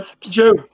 Joe